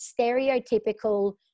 stereotypical